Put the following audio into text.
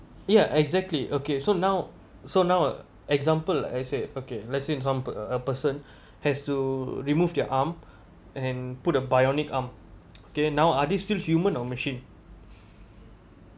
ya exactly okay so now so now example I say okay let's say example a person has to remove their arm and put a bionic arm okay now are they still human or machine